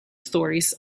stories